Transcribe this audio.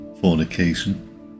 fornication